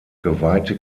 geweihte